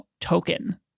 token